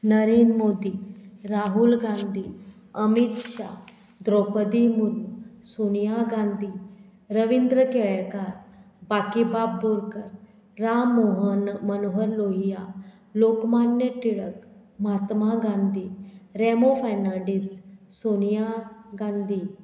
नरेन मोदी राहूल गांधी अमित शाह द्रौपदी मुनू सोनिया गांधी रविंद्र केळेकार बाकीबाब बोरकर राम मोहन मनोहर लोहिया लोकमान्य टिळक म्हात्मा गांधी रेमो फेर्नांडीस सोनिया गांधी